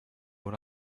una